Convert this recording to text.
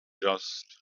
just